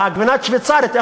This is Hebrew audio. גבינה שוויצרית,